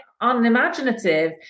unimaginative